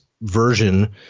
version